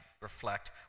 reflect